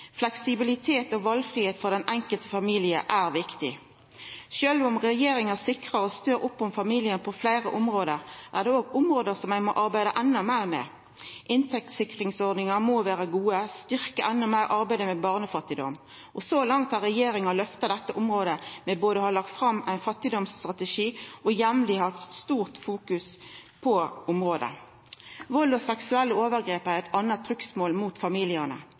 Fleksibilitet og valfridom for den enkelte familien er viktig. Sjølv om regjeringa sikrar og støttar opp om familien på fleire område, er det òg område ein må arbeida endå meir med. Inntektssikringsordningane må vera gode, og ein må styrkja arbeidet mot barnefattigdom endå meir. Så langt har regjeringa gitt dette området eit løft ved både å ha lagt fram ein fattigdomsstrategi og jamleg å fokusera mykje på området. Vald og seksuelle overgrep er eit anna trugsmål mot familiane,